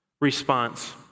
response